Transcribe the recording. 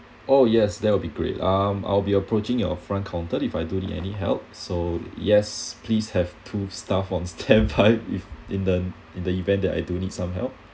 oh yes that will be great um I'll be approaching your front counter if I do need any help so yes please have two staff on standby if in the in the event that I do need some help